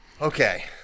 okay